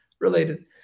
related